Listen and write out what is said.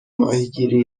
ماهیگیری